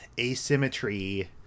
asymmetry